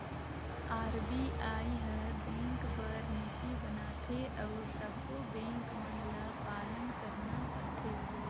RBI हर bank बर नीति बनाथे अउ सब्बों बेंक मन ल पालन करना परथे